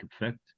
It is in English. effect